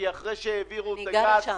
אחרי שהעבירו את הגז --- אני גרה שם.